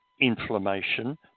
inflammation